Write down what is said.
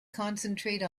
concentrate